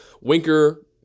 Winker